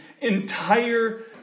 entire